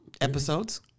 Episodes